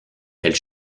elle